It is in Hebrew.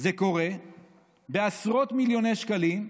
זה קורה, בעשרות מיליוני שקלים,